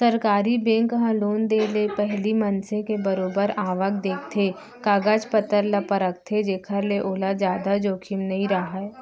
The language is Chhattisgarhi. सरकारी बेंक ह लोन देय ले पहिली मनसे के बरोबर आवक देखथे, कागज पतर ल परखथे जेखर ले ओला जादा जोखिम नइ राहय